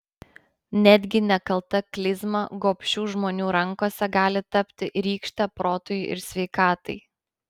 netgi nekalta klizma gobšių žmonių rankose gali tapti rykšte protui ir sveikatai